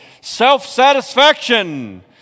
self-satisfaction